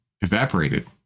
evaporated